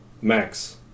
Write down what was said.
Max